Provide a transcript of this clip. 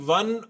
one